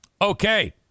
Okay